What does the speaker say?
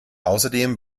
außerdem